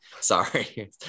sorry